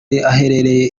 aherereye